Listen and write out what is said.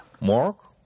Mark